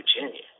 virginia